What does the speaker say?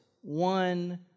one